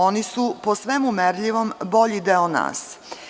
Oni su po svemu merljivom bolji deo nas.